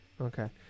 okay